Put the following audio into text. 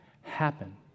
happen